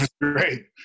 great